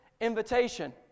Invitation